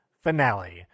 finale